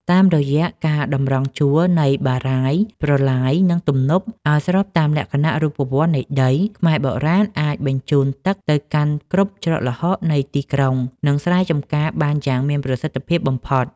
តាមរយៈការតម្រង់ជួរនៃបារាយណ៍ ប្រឡាយ និងទំនប់ឱ្យស្របតាមលក្ខណៈរូបវន្តនៃដី ខ្មែរបុរាណអាចបញ្ជូនទឹកទៅកាន់គ្រប់ច្រកល្ហកនៃទីក្រុង និងស្រែចម្ការបានយ៉ាងមានប្រសិទ្ធភាពបំផុត។